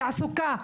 תעסוקה,